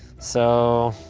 so,